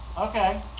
Okay